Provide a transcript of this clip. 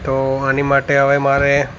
તો આની માટે હવે મારે